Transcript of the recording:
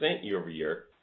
year-over-year